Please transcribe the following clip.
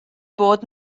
bod